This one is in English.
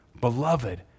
beloved